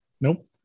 nope